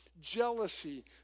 jealousy